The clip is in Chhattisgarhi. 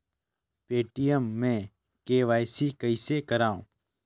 पे.टी.एम मे के.वाई.सी कइसे करव?